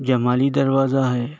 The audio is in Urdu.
جمالی دروازہ ہے